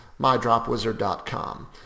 mydropwizard.com